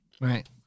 Right